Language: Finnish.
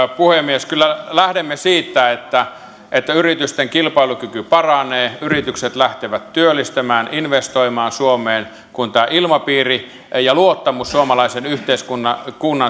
puhemies kyllä lähdemme siitä että että yritysten kilpailukyky paranee yritykset lähtevät työllistämään investoimaan suomeen kun tämä ilmapiiri ja luottamus suomalaisen yhteiskunnan